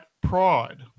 pride